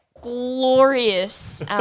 glorious